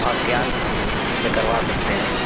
अज्ञात में करवा सकते हैं